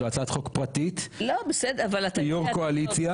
זאת הצעת חוק פרטית כיושב ראש קואליציה